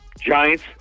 Giants